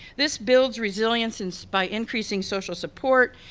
this builds resilience and by increasing social support,